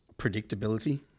predictability